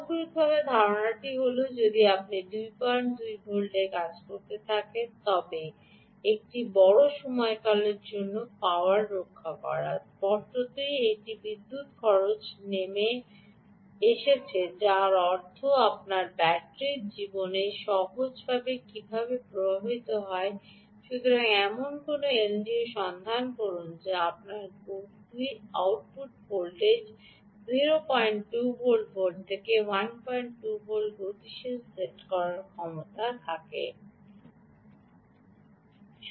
সামগ্রিকভাবে ধারণাটি হল যদি আপনি 22 ভোল্টে কাজ করে থাকেন তবে একটি বড় সময়কালের জন্য পাওয়ার রক্ষা করা স্পষ্টতই একটি বিদ্যুৎ খরচ নেমে এসেছে যার অর্থ আপনার ব্যাটারির জীবন সহজভাবে কীভাবে প্রভাবিত হয় সুতরাং এমন কোনও এলডিও সন্ধান করুন যা আপনার আউটপুট ভোল্টেজকে 024 ভোল্ট থেকে 12 ভোল্টে গতিশীল সেট করার ক্ষমতা রাখে